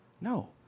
No